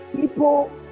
people